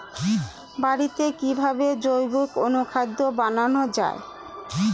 বাড়িতে কিভাবে জৈবিক অনুখাদ্য বানানো যায়?